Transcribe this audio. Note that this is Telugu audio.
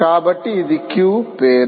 కాబట్టి అది క్యూ పేరు